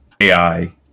AI